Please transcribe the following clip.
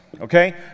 Okay